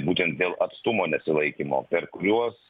būtent dėl atstumo nesilaikymo per kuriuos